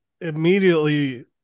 immediately